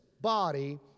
body